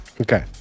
Okay